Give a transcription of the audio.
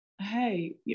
hey